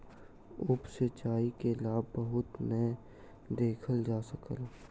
उप सिचाई के लाभ बहुत नै देखल जा सकल